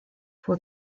fue